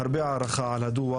הרבה הערכה על הדוח,